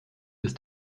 ist